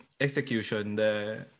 execution